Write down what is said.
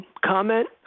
comment